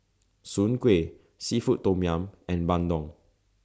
Soon Kway Seafood Tom Yum and Bandung